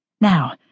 Now